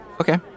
Okay